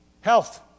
Health